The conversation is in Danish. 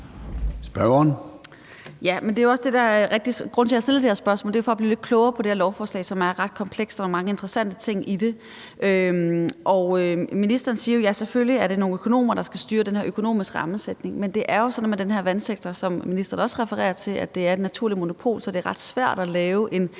Men når jeg har stillet det her spørgsmål, er det jo for at blive lidt klogere på det her lovforslag, som er ret komplekst, og som indeholder mange interessante ting. Ministeren siger, at det selvfølgelig er nogle økonomer, der skal styre den her økonomiske rammesætning, men det er jo sådan med den her vandsektor, hvilket ministeren også refererer til, at der er et naturligt monopol, så det er ret svært at lave en